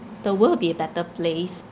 the world will be a better place